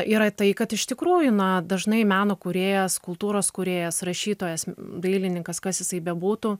yra tai kad iš tikrųjų na dažnai meno kūrėjas kultūros kūrėjas rašytojas dailininkas kas jisai bebūtų